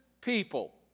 people